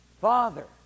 Father